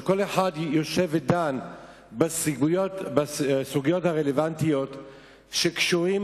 וכל אחד יושב ודן בסוגיות הרלוונטיות שקשורות